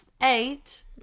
eight